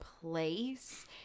place